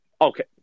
Okay